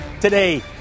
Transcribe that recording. today